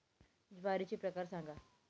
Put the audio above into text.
ज्वारीचे प्रकार सांगा